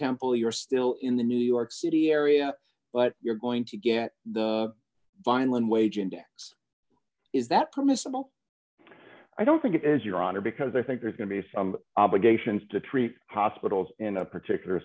temple you're still in the new york city area but you're going to get the vineland wage index is that permissible i don't think it is your honor because i think there's going to be some obligations to treat hospitals in a particular